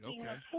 okay